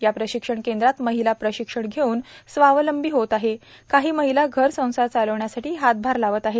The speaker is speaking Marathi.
या प्रशिक्षण केंद्रात महिला प्रशिक्षण घेउन स्वालंबी होत आहेत कांही महिला घर संसार चालविण्यासाठी हातभार लावत आहेत